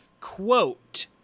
Quote